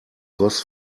goss